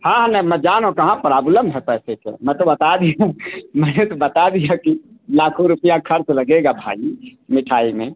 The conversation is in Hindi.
हाँ हाँ नै मैं जानो कहाँ प्राब्लम है पैसे का मैं तो बता दिया मैंने तो बता दिया कि लाखों रुपया खर्च लगेगा भाई मिठाई में